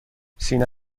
سینه